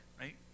right